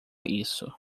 isso